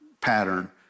pattern